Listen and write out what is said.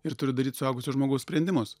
ir turiu daryt suaugusio žmogaus sprendimus